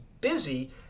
busy